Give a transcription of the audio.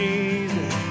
Jesus